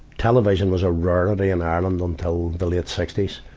television was a rarity in ireland until the late sixty s.